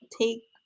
take